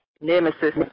nemesis